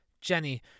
Jenny